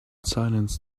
silence